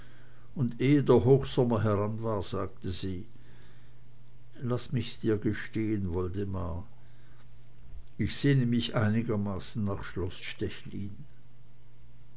und ehe der hochsommer heran war sagte sie laß mich's dir gestehn woldemar ich sehne mich einigermaßen nach